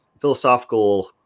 philosophical